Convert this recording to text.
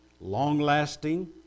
long-lasting